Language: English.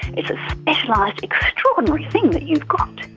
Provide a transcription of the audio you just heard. it's a specialised extraordinary thing that you've got,